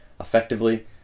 effectively